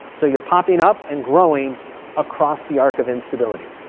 so you're popping up and growing across the arc of instability.